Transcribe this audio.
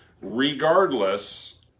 regardless